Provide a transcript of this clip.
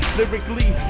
lyrically